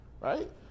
right